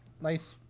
Nice